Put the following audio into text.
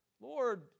Lord